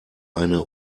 eine